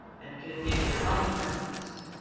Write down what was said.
and could get your own breakfast.